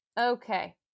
Okay